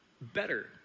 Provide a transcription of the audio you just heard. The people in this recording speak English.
better